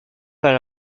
par